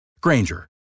Granger